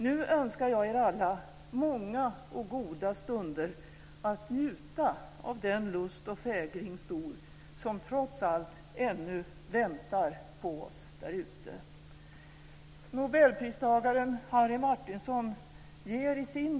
Nu önskar jag er alla många och goda stunder att njuta av den lust och fägring stor som trots allt ännu väntar på oss där ute.